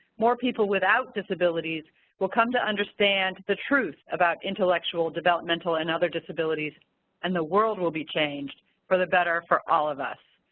more people without disabilities will come to understand the truth about intellectual developmental and other disabilities and the world will be changed for the better for all of us.